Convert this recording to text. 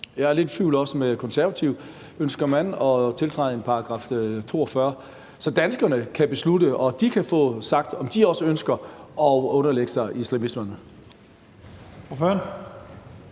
Jeg er også lidt i tvivl i forhold til Konservative. Ønsker man at tiltræde en begæring efter § 42, så danskerne kan beslutte det og få sagt, om de også ønsker at underlægge sig islamisterne?